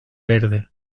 verde